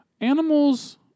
Animals